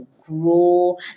grow